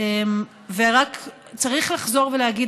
ורק צריך לחזור ולהגיד,